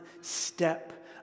step